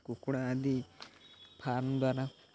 କୁକୁଡ଼ା ଆଦି ଫାର୍ମ୍ ଦ୍ୱାର